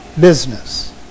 business